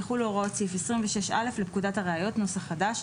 יחולו הוראות סעיף 26(א) לפקודת הראיות (נוסח חדש)